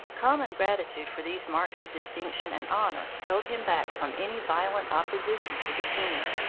common gratitude for these marks of distinction and honor held him back from any violent opposition to the king.